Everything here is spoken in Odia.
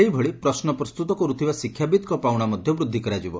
ସେହିଭଳି ପ୍ରଶ୍ନ ପ୍ରସ୍ତୁତ କରୁଥିବା ଶିକ୍ଷାବିତ୍କ ପାଉଣା ମଧ୍ୟ ବୃଦ୍ଧି କରାଯିବ